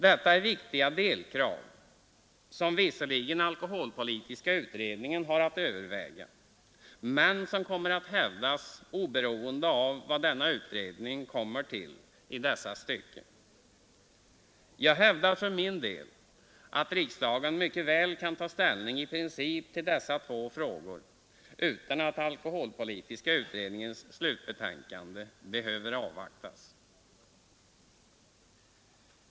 Detta är viktiga delkrav, som visserligen alkoholpolitiska utredningen har att överväga men som kommer att hävdas oberoende av vad denna utredning kommer att föreslå. Jag hävdar för min del att riksdagen mycket väl kan ta ställning i princip i dessa två frågor utan att alkoholpolitiska utredningens slutbetänkande behöver avvaktas.